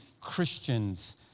Christians